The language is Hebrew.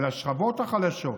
אבל השכבות החלשות,